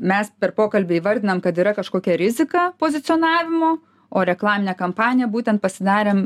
mes per pokalbį įvardinam kad yra kažkokia rizika pozicionavimo o reklaminę kampaniją būtent pasidarėm